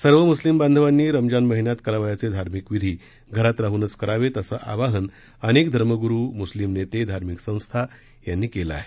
सर्व मुस्लिम बांधवांनी रमजान महिन्यात करावयाचे धार्मिक विधी घरात राहूनच करावे असं आवाहन अनेक धर्मगुरू मुस्लिम नेते धार्मिक संस्था यांनी केलं आहे